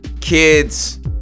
kids